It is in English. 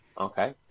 okay